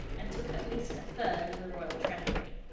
and took at least a third of the royal treasury.